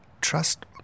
trust